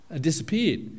disappeared